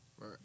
Right